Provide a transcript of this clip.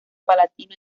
palatino